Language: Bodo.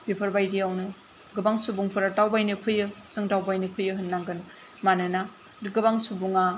बेफोर बायदिआवनो गोबां सुबुंफोरा दावबायनो फैयो जों दावबायनो फैयो होननांगोन मानोना गोबां सुबुंआ